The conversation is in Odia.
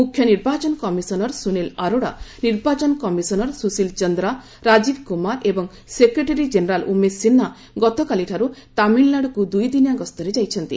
ମୁଖ୍ୟ ନିର୍ବାଚନ କମିଶନର ସୁନୀଲ ଅରୋଡା ନିର୍ବାଚନ କମିଶନର ସୁଶୀଲ ଚନ୍ଦ୍ରା ରାଜୀବ କୁମାର ଏବଂ ସେକ୍ରେଟେରୀ ଜେନେରାଲ୍ ଉମେଶ ସିହ୍ନା ଗତକାଲିଠାରୁ ତାମିଲନାଡୁକୁ ଦୁଇଦିନିଆ ଗସ୍ତରେ ଯାଇଛନ୍ତି